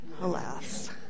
Alas